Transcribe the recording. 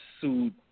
sued